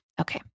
okay